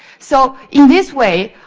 so, in this way,